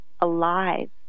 Alive